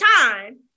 time